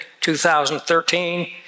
2013